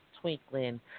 twinkling